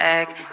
act